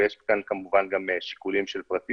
ויש כאן כמובן גם שיקולים של פרטיות.